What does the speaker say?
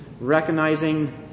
recognizing